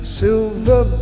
silver